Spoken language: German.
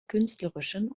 künstlerischen